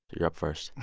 you're up first